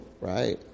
right